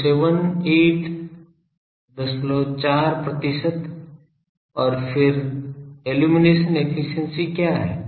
तो 784 प्रतिशत और फिर इल्लुमिनेशन एफिशिएंसी क्या है